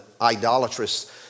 idolatrous